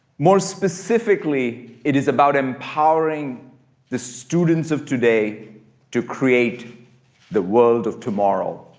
more specifically, it is about empowering the students of today to create the world of tomorrow.